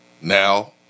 now